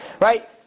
Right